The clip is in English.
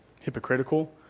hypocritical